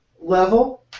level